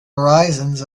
horizons